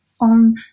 on